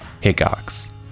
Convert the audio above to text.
Hickox